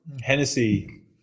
Hennessy